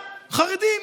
חרדים.